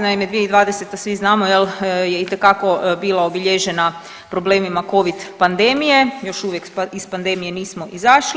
Naime, 2020. svi znamo jel je itekako bila obilježena problemima Covid pandemije, još uvijek iz pandemije nismo izašli.